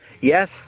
Yes